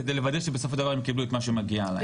כדי לוודא שבסופו של דבר הם קיבלו את מה שמגיע להם.